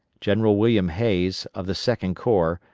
general william hays, of the second corps,